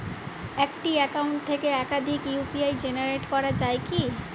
একটি অ্যাকাউন্ট থেকে একাধিক ইউ.পি.আই জেনারেট করা যায় কি?